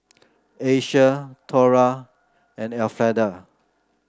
Asia Thora and Elfrieda